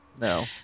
No